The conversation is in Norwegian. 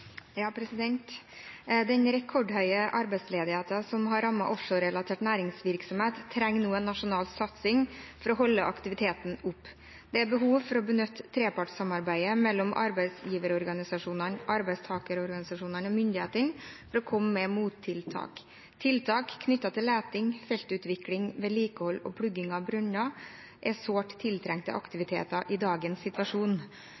rekordhøye arbeidsledigheten som har rammet offshorerelatert næringsvirksomhet, trenger nå en nasjonal satsing for å holde aktiviteten oppe. Det er behov for å benytte trepartssamarbeidet mellom arbeidsgiverorganisasjonene, arbeidstakerorganisasjonene og myndighetene for å komme med mottiltak. Tiltak knyttet til leting, feltutvikling, vedlikehold og plugging av brønner er sårt tiltrengte aktiviteter i dagens situasjon.